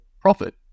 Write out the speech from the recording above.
profit